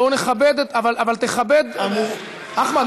אחמד,